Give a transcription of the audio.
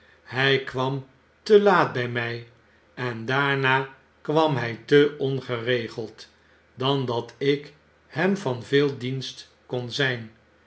hij kwam te laat by my en daarna kwam hy te ongeregeld dan dat ik hem van veel dienst kon zija